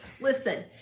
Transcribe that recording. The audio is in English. Listen